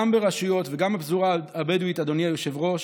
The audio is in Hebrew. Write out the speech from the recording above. גם ברשויות וגם בפזורה הבדואית, אדוני היושב-ראש,